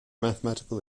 mathematical